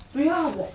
对啊我